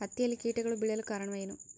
ಹತ್ತಿಯಲ್ಲಿ ಕೇಟಗಳು ಬೇಳಲು ಕಾರಣವೇನು?